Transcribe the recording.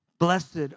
Blessed